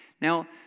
Now